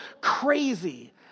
crazy